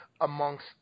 amongst